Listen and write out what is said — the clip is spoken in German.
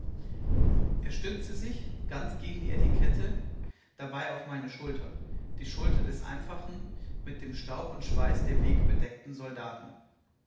er stützte sich ganz gegen die etikette dabei auf meine schulter die schulter des einfachen mit dem staub und schweiß der wege bedeckten soldaten